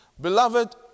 Beloved